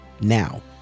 Now